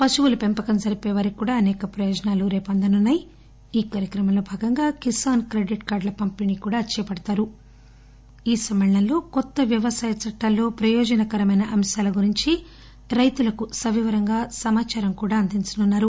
పశువుల పెంపకం జరిపే వారికి కూడా అసేక ప్రయోజనాలు అందనున్నాయి ఈ కార్యక్రమంలో భాగంగా కిసాన్ క్రెడిట్ కార్డుల పంపిణీ కూడా చేపడతారు ఈ సమ్మేళనంలో కొత్త వ్యవసాయ చట్టాల్లో ప్రయోజనకరమైన అంశాల గురించి రైతులకు సవివరంగా సమాచారం కూడా అందించనున్నారు